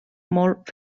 molt